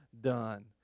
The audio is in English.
done